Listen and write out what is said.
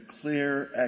clear